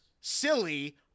silly